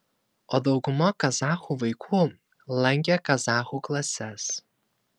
o dauguma kazachų vaikų lankė kazachų klases